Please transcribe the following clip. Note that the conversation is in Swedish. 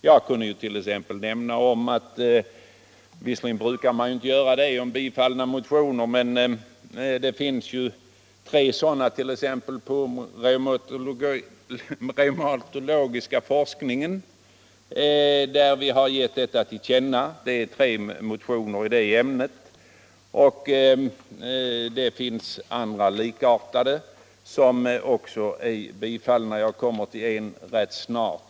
Även om det inte är vanligt att nämna om bifallna motioner kan jag påpeka att det finns exempelvis tre stycken motioner om reumatologisk forskning som utskottet har tillstyrkt, och det finns en del andra som också har blivit tillstyrkta.